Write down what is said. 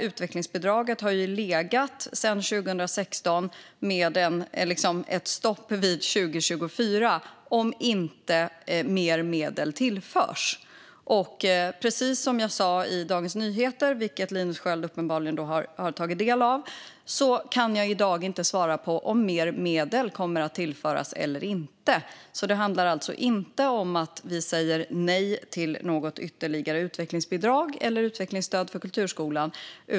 Utvecklingsbidraget har sedan 2016 legat där med ett stopp vid 2024, om inte mer medel tillförs. Precis som jag sa i Dagens Nyheter, som Linus Sköld uppenbarligen har tagit del av, kan jag i dag inte svara på om mer medel kommer att tillföras eller inte. Det handlar alltså inte om att vi säger nej till något ytterligare utvecklingsbidrag eller utvecklingsstöd till kulturskolan.